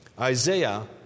Isaiah